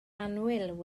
annwyl